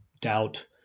doubt